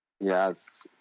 Yes